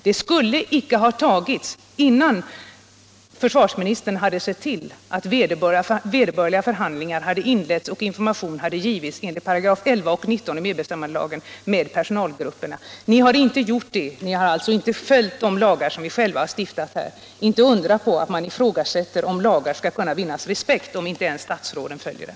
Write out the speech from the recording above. Det skulle icke ha tagits innan försvarsministern hade sett till att vederbörliga förhandlingar hade inletts med och information givits personalgrupperna enligt 11 och 19 §§ i medbestämmandelagen. Ni har alltså inte följt de lagar som ni själa har stiftat. Det är inte att undra på att man ifrågasätter om lagar skall kunna vinna respekt, om inte ens statsråden följer dem.